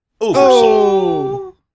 Oversoul